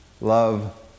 Love